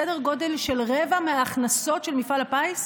סדר גודל של רבע מההכנסות של מפעל הפיס,